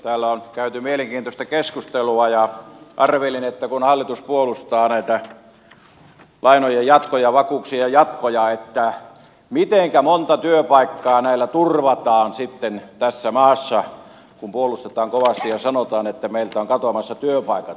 täällä on käyty mielenkiintoista keskustelua ja arvelin kun hallitus puolustaa näitä lainojen jatkoja ja vakuuksien jatkoja mitenkä monta työpaikkaa näillä turvataan sitten tässä maassa kun puolustetaan kovasti ja sanotaan että meiltä ovat katoamassa työpaikat